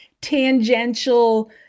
tangential